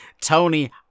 Tony